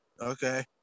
Okay